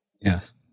Yes